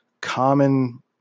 common